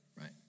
right